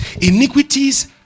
Iniquities